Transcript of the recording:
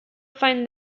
find